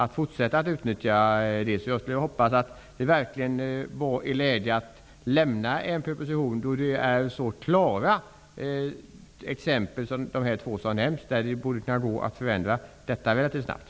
Jag hoppas verkligen att det kommer en proposition då. De två exempel som nämnts är ju så klara. Detta borde gå att förändra relativt snabbt.